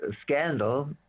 scandal